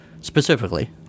specifically